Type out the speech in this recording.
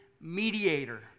mediator